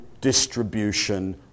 distribution